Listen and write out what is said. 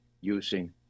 using